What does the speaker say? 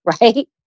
right